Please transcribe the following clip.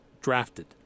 drafted